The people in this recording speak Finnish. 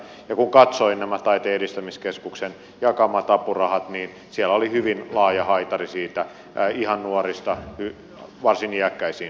kun katsoin nämä taiteen edistämiskeskuksen jakamat apurahat niin siellä oli hyvin laaja haitari ihan nuorista varsin iäkkäisiin